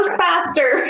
faster